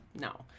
no